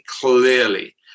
Clearly